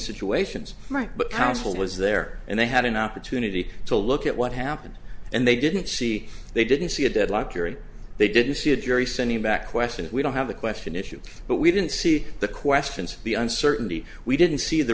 counsel was there and they had an opportunity to look at what happened and they didn't see they didn't see a deadlock yury they didn't see a jury sending back questions we don't have the question issue but we didn't see the questions the uncertainty we didn't see the